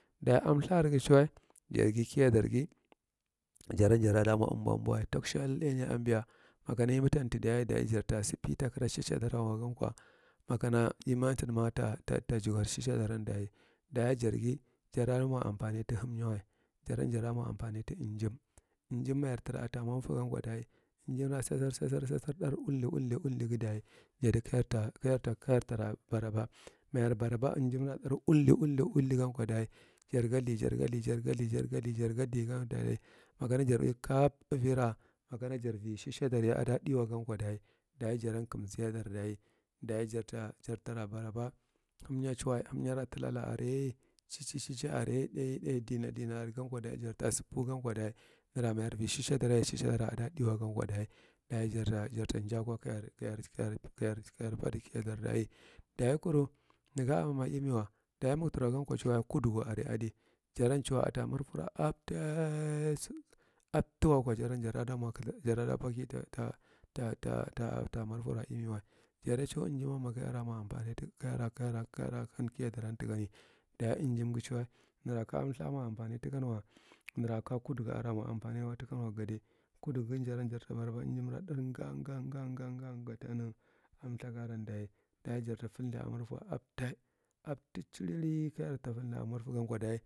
Dayi amltha argi cuwa jargi kiyaargi jaran jaradda mwa umbwa, umbwawa takshall ɗainya abi. Mallan imi tan ta ɗyuye dayi jata si pi tak ara shishidararwa gankwa makana yimi antaɗma ta, ta jugwar shishi dara. Dayi, dayi jargi, jara danwa ampani ta hamnyawa, jaran jaramwa ampani ta umjim umjim mayar ta marfagankwa dayi, umjimra sasar, sasar, sasar ɗar uldi, uldi uldidagi dayi jadi katata, kaya tara baraba. Mayar baraba umjimra dar uldi, uldi, uldigi dayi jadikata, kafartd, kayartara baraba, mayar baraba umjimgara uldi, uldi, uldi, uldigankwa dayi jargalthi, jargalthi, jargalthi, jar galthigan dayi makana jar ui cab avira makana jalvi shishi dargankwa dayi aduɗiwagankwa dayi jaran kamziyadar, dayi. Ɗayi jarta, jartara baraba hamnya cuwa hamnyava talala arye, cici are ɗai ɗai dina dina aregankwa dayi nara mayarvi shishidararye shishidaran ada ɗiwagan dayi. Ɗayi barra, jartan njai akwa kagar, kayarsi, kayarsi kajar padi kiyadar dayi. Dayi kuru naga aranma imiwa, dayi magtaragankwa cuwa kudugu are adi. Jaran cuwa, atamarfara aptaasa, aptawakwa jaran jara damwa kalthir, jarada paki ta, ta, ta ta amarfara imiwa. Jarye cuwa cu umjimamma kayaramwa ampanta, kayara, kayara, kayara hankiyadarani. Dayi umjimsi cuwa naraka amlthamwa ampanetakanwa, naraka kudugaramwa ampane wa takanwa gade. Kudugugam jaran jarta barab umjimra ɗar nga, nga, nga, ngatanaramlthaga arankwa dayi. Dayi jarta faldi amarfa apta, apta cilili. Kayata faidi amartagankwa dayi.